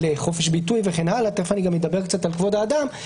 חופש ביטוי וכן הלאה ותכף אדבר גם קצת על כבוד האדם,